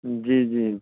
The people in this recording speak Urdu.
جی جی